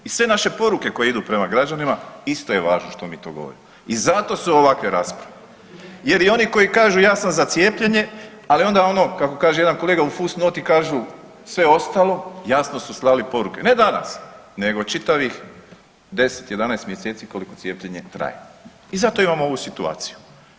I sve naše poruke koje idu prema građanima isto je važno što mi to govorimo i zato su ovakve rasprave jer i oni koji kažu ja sam za cijepljenje, ali onda ono kako kaže jedan kolega u fus noti kažu sve ostalo jasno su slali poruke, ne danas, nego čitavih 10, 11 mjeseci koliko cijepljenje traje i zato imamo ovu situaciju.